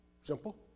Simple